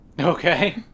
Okay